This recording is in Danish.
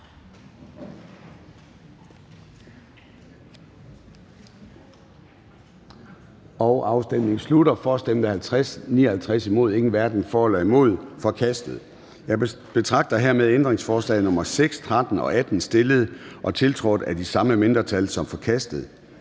hverken for eller imod stemte 0. Ændringsforslaget er forkastet. Jeg betragter hermed ændringsforslag nr. 6, 13 og 18, stillet og tiltrådt af de samme mindretal, som forkastet.